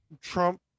Trump